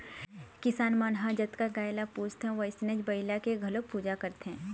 किसान मन ह जतका गाय ल पूजथे वइसने बइला के घलोक पूजा करथे